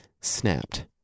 snapped